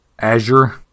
Azure